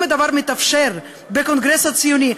אם הדבר מתאפשר בקונגרס הציוני,